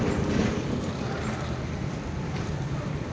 ತೆರಿಗೆ ಕಟ್ಟೋದ್ ತಪ್ಸಿದ್ರ ಜೈಲ್ ಶಿಕ್ಷೆ ಆಗತ್ತೇನ್